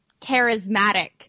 charismatic